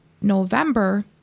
November